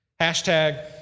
Hashtag